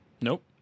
Nope